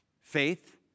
faith